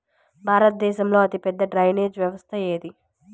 భారతదేశంలో అతిపెద్ద డ్రైనేజీ వ్యవస్థ ఏది?